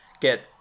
get